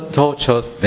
tortures